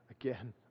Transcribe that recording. Again